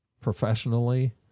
professionally